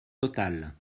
totale